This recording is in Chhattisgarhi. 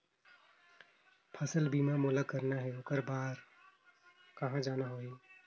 फसल बीमा मोला करना हे ओकर बार कहा जाना होही?